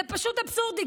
זה פשוט אבסורדי,